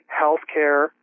healthcare